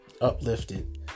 Uplifted